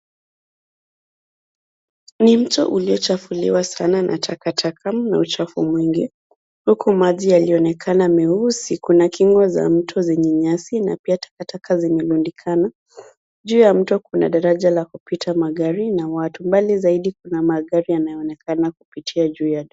Ni mto uliochafuliwa sana na takataka na uchafu mwingi, huku maji yakionekana meusi. Kuna kingo zenye nyasi na pia takataka zimerundikana. Juu ya mto, kuna daraja la kupita magari na watu. Mbali zaidi, kuna magari yanayoonekana kupitia juu ya daraja.